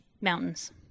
Mountains